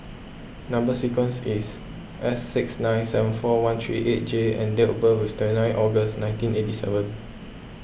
Number Sequence is S six nine seven four one three eight J and date of birth is twenty nine August nineteen eighty seven